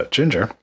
Ginger